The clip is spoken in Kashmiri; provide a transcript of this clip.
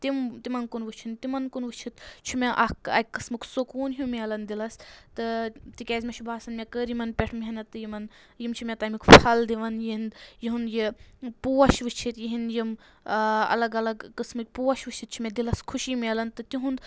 تِم تِمَن کُن وٕچھُن تِمَن کُن وٕچھِتھ چھُ مےٚ اَکھ اَکہِ قٕسمُک سکوٗن ہِیوٗ مِلَن دِلَس تہٕ تِکیازِ مےٚ چھُ باسَن مےٚ کٔر یِمَن پؠٹھ محنَت یِمَن یِم چھِ مےٚ تَمِیُک پَھل دِوان یِنٛد یِہُنٛد یہِ پوش وٕچھِتھ یِہٕنٛدۍ یِم الگ الگ قٕسمٕکۍ پوش وٕچھِتھ چھِ مےٚ دِلَس خوشی مِلان تہٕ تِہُنٛد